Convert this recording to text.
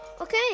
okay